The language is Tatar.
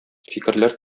фикерләр